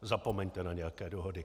Zapomeňte na nějaké dohody.